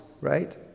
Right